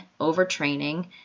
overtraining